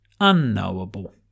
unknowable